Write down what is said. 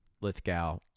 Lithgow